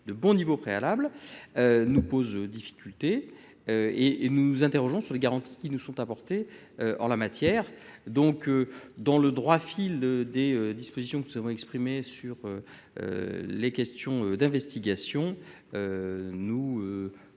de bon niveau préalables nous pose difficulté et et nous nous interrogeons sur les garanties qui nous sont apportées en la matière, donc dans le droit fil des dispositions que nous avons exprimé sur les questions d'investigation nous